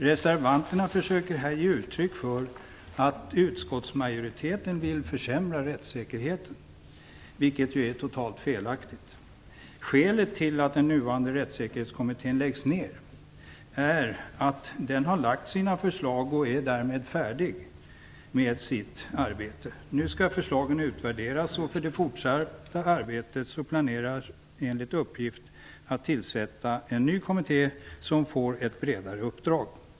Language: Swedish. Reservanterna försöker ge uttryck för att utskottsmajoriteten skulle vilja försämra rättssäkerheten, vilket är totalt fel. Skälet till att den nuvarande rättssäkerhetskommittén läggs ner är att den har kommit med sina förslag och därmed är färdig med sitt arbete. Nu skall förslagen utvärderas. För det fortsatta arbetet planeras, enligt uppgift, tillsättandet av en ny kommitté som får ett bredare uppdrag.